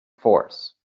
force